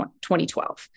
2012